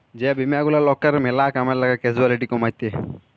যে বীমা গুলা লকের ম্যালা কামে লাগ্যে ক্যাসুয়ালটি কমাত্যে